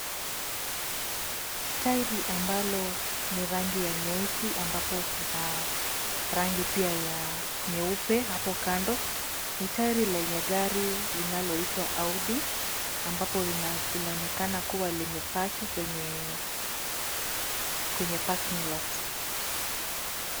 Tairi ambalo ni rangi ya nyeusi, ambapo kuna rangi pia ya nyeupe hapo kando. Ni tairi lenye gari linaloitwa Audi, ambapo lina linaonekana kuwa limepaki kwenye parking lot .